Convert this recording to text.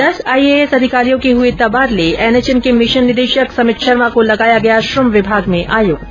दस आईएएस अधिकारियों के हुए तबादले एनएचएम के मिशन निदेशक समित शर्मा को लगाया गया श्रम विभाग में आयुक्त